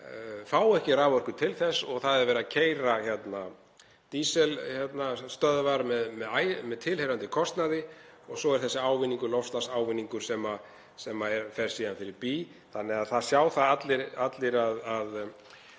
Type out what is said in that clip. fá ekki raforku til þess og þar er verið að keyra dísilstöðvar með tilheyrandi kostnaði. Svo er þessi loftslagsávinningur sem fer síðan fyrir bí. Þannig að það sjá allir